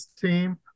team